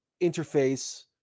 interface